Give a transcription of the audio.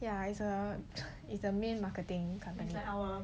ya is a is a main marketing